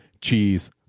cheese